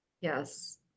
Yes